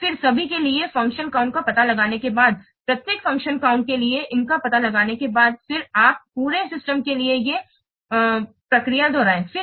और फिर सभी के लिए फंक्शन काउंट का पता लगाने के बाद प्रत्येक फंक्शन काउंट के लिए इनका पता लगाने के बाद फिर आप पूरे सिस्टम के लिए ये हैं